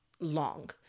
long